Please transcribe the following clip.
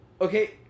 Okay